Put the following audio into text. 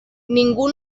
ningú